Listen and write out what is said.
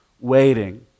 waiting